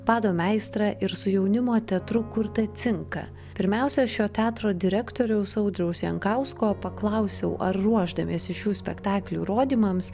bado meistrą ir su jaunimo teatru kurtą cinką pirmiausia šio teatro direktoriaus audriaus jankausko paklausiau ar ruošdamiesi šių spektaklių rodymams